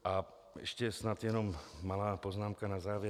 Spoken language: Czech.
A ještě snad jenom malá poznámka na závěr.